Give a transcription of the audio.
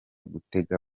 gutega